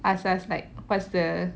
ask us like what's the